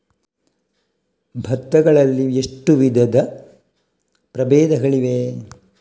ಭತ್ತ ಗಳಲ್ಲಿ ಎಷ್ಟು ವಿಧದ ಪ್ರಬೇಧಗಳಿವೆ?